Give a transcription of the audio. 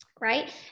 right